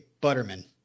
Butterman